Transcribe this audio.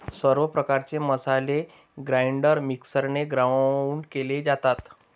सर्व प्रकारचे मसाले ग्राइंडर मिक्सरने ग्राउंड केले जातात